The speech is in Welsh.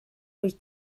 wyt